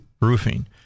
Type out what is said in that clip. Roofing